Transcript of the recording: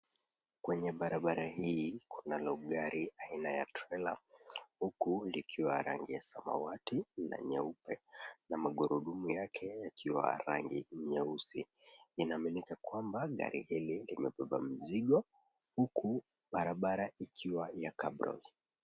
Kwenye barabara hii kunalo gari aina ya trela. Huku likiwa rangi ya samawati na nyeupe, na magurudumu yake yakiwa rangi nyeusi. Inaaminika kwamba gari hili limebeba mzigo, huku barabara ikiwa ya cabros .